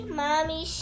mommy